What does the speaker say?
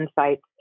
insights